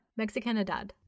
Mexicanidad